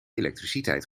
elektriciteit